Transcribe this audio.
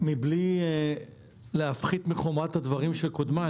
מבלי להפחית מחומרת הדברים של קודמיי,